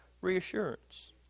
reassurance